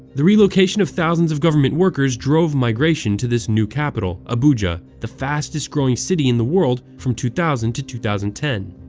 the relocation of thousands of government workers drove migration to this new capital, abuja, the fastest growing city in the world from two thousand to two thousand and ten.